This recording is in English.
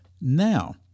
Now